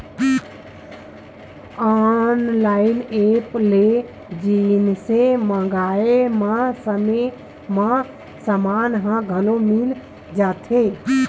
online app ले जिनिस मंगाए म समे म समान ह घलो मिल जाथे